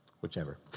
whichever